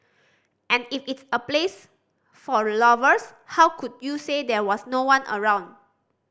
and if it's a place for lovers how could you say there was no one around